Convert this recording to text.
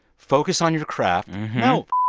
focus on your craft. no,